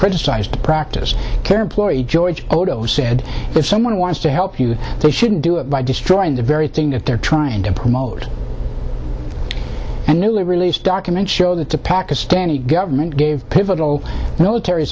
criticized the practice care employee george otoh said if someone wants to help you they shouldn't do it by destroying the very thing if they're trying to promote and newly released documents show that the pakistani government gave pivotal military